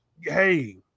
Hey